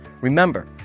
Remember